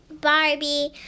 Barbie